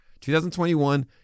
2021